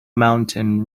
mountain